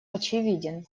очевиден